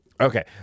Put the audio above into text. Okay